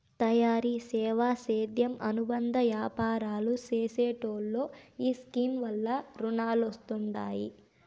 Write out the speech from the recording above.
తయారీ, సేవా, సేద్యం అనుబంద యాపారాలు చేసెటోల్లో ఈ స్కీమ్ వల్ల రునాలొస్తండాయి